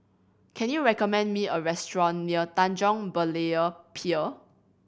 can you recommend me a restaurant near Tanjong Berlayer Pier